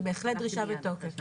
זה בהחלט דרישה בתוקף.